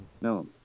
No